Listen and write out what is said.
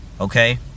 Okay